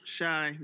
Shy